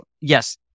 yes